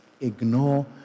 ignore